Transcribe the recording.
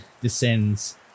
descends